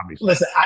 listen